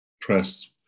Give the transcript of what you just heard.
press